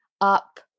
up